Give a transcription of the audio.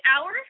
hour